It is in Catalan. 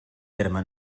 terme